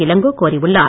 இளங்கோ கோரியுள்ளார்